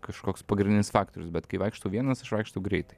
kažkoks pagrindinis faktorius bet kai vaikštau vienas aš vaikštau greitai